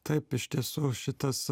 taip iš tiesų šitas